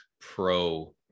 pro